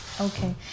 Okay